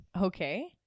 Okay